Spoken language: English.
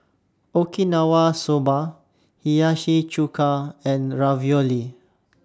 Okinawa Soba Hiyashi Chuka and Ravioli